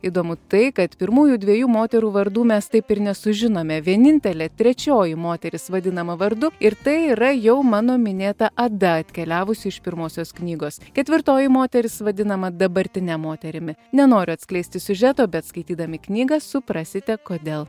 įdomu tai kad pirmųjų dviejų moterų vardų mes taip ir nesužinome vienintelė trečioji moteris vadinama vardu ir tai yra jau mano minėta ada atkeliavusi iš pirmosios knygos ketvirtoji moteris vadinama dabartine moterimi nenoriu atskleisti siužeto bet skaitydami knygą suprasite kodėl